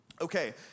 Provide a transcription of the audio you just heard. Okay